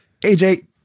AJ